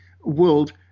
world